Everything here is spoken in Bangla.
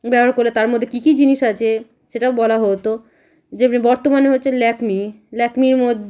ব্যবহার করলে তার মধ্যে কী কী জিনিস আছে সেটাও বলা হতো যেমনি বর্তমানে হচ্ছে ল্যাকমি ল্যাকমির মোদ